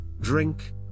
drink